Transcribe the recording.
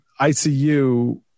ICU